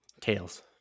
Tails